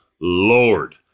Lord